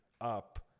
up